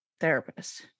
therapist